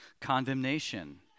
condemnation